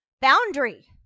Boundary